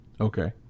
Okay